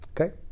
Okay